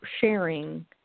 sharing